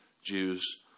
Jews